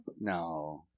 No